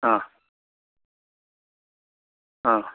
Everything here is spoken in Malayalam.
ആ ആ